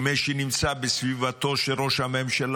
כי מי שנמצאים בסביבתו של ראש הממשלה,